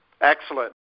Excellent